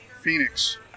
Phoenix